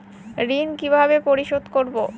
ঋণ কিভাবে পরিশোধ করব?